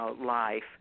life